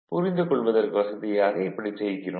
புரிந்து கொள்வதற்கு வசதியாக இப்படிச் செய்கிறோம்